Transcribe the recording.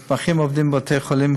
המתמחים עובדים בבתי-החולים,